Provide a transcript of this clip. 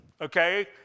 Okay